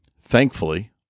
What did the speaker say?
thankfully